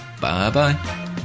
Bye-bye